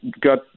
got